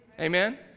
Amen